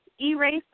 erase